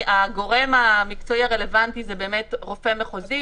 הגורם המקצועי הרלוונטי זה באמת רופא מחוזי,